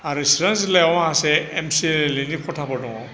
आरो सिरां जिल्लायाव माखासे एम सि एल ए नि खथाफोर दङ